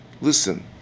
listen